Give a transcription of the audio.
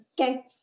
Okay